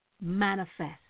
Manifest